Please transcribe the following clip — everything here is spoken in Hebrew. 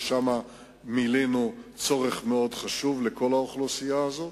ושם מילאנו צורך מאוד חשוב לכל האוכלוסייה הזאת.